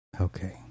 Okay